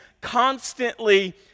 constantly